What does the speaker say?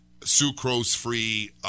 sucrose-free